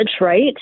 right